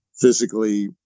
physically